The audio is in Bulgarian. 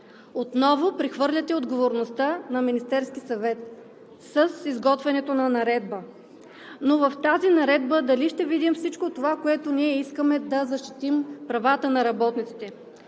Отново прехвърляте отговорността на Министерския съвет с изготвянето на наредба, но в тази наредба дали ще видим всичко това, с което ние искаме да защитим правата на работниците.